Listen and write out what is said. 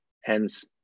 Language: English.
hence